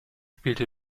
spielte